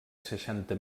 seixanta